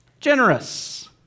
generous